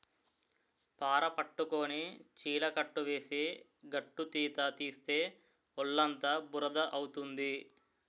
పార పట్టుకొని చిలకట్టు వేసి గట్టుతీత తీస్తే ఒళ్ళుఅంతా బురద అవుతుంది